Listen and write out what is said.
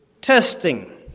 testing